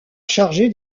chargé